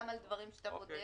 גם על דברים שאתה בודק,